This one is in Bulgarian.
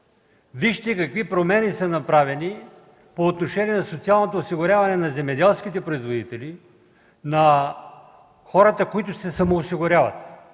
Вижте какви промени са направени по отношение на социалното осигуряване на земеделските производители, на хората, които се самоосигуряват.